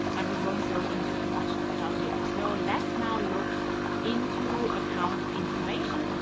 but we won't go into too much detail here. so let's now look into account information,